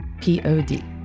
Pod